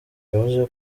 yavuze